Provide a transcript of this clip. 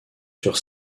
sur